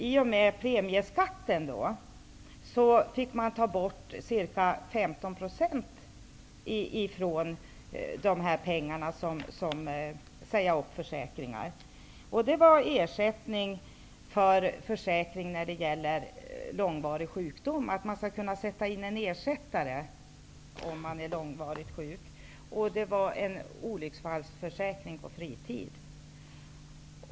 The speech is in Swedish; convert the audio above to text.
I och med premieskatten fick man ta bort ca 15 % från dessa pengar. Man fick t.ex. säga upp försäkringar. Det gällde en försäkring som ger ersättning vid långvarig sjukdom så att man skall kunna sätta in en ersättare. Det gällde också en olycksfallsförsäkring för fritid.